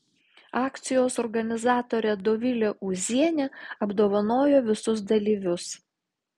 akcijos organizatorė dovilė ūzienė apdovanojo visus dalyvius